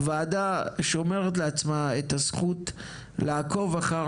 הוועדה שומרת לעצמה את הזכות לעקוב אחר